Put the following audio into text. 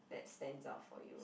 that stands out for you